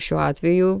šiuo atveju